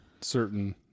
certain